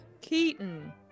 Keaton